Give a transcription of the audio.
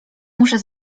muszę